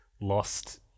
lost